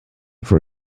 for